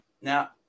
Now